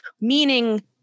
meaning